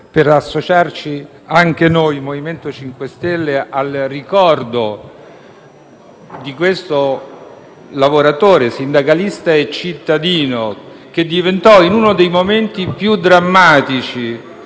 per associarmi, anche a nome del Gruppo MoVimento 5 Stelle, al ricordo di questo lavoratore, sindacalista e cittadino che diventò, in uno dei momenti più drammatici